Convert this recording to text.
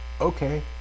okay